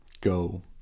go